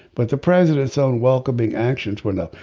but the president's own welcoming actions were no.